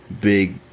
big